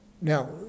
Now